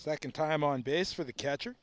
second time on base for the catcher